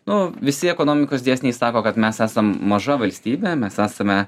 nu visi ekonomikos dėsniai sako kad mes esam maža valstybė mes esame